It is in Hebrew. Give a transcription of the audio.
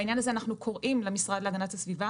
בעניין הזה אנחנו קוראים למשרד להגנת הסביבה